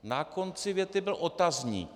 Na konci věty byl otazník.